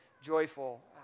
joyful